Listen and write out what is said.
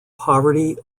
poverty